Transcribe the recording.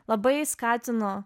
labai skatinu